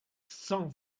cent